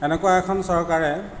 এনেকুৱা এখন চৰকাৰে